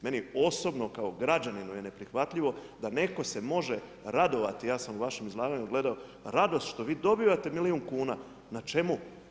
Meni osobno kao građaninu je neprihvatljivo da netko se može radovati, ja sam u vašem izlaganju gledao radost što vi dobivate milijun kuna na čemu?